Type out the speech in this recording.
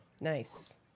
Nice